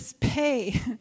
pay